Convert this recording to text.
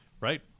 Right